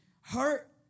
hurt